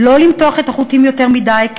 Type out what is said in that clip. לא למתוח את החוטים יותר מדי,